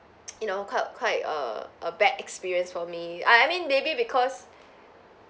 you know quite quite err err bad experience for me I I mean maybe because